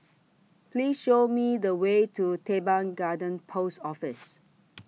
Please Show Me The Way to Teban Garden Post Office